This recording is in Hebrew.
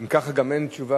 אם כך גם אין תשובה.